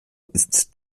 ist